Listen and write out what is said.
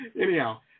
Anyhow